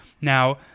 now